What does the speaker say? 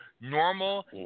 Normal